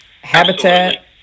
habitat